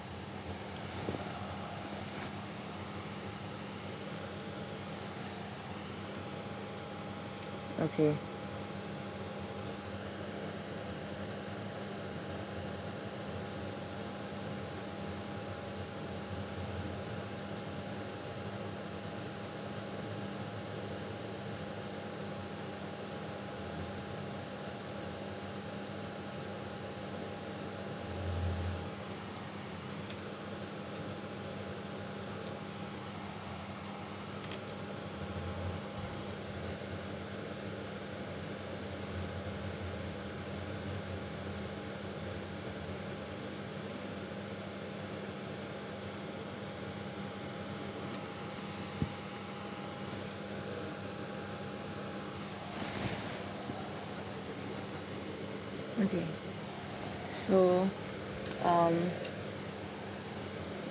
okay okay so um